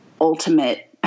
ultimate